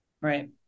Right